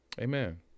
Amen